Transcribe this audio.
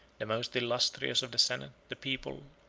the most illustrious of the senate, the people,